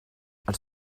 els